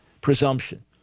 presumption